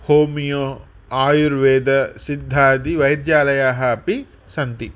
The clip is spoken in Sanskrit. होमियो आयुर्वेद सिद्धादि वैद्यालयाः अपि सन्ति